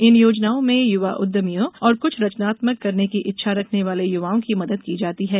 इन योजनाओं में युवा उद्यमियों और कुछ रचनात्मक करने की इच्छा रखने वाले युवाओं की मदद की जाती है